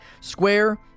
Square